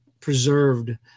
preserved